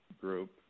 group